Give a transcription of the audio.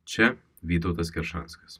čia vytautas keršanskas